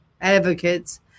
advocates